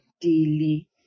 daily